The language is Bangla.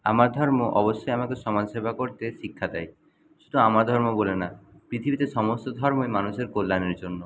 আমার ধর্ম অবশ্যই আমাকে সমাজ সেবা করতে শিক্ষা দেয় শুধু আমার ধর্ম বলে না পৃথিবীতে সমস্ত ধর্মের মানুষের কল্যাণের জন্য